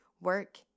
work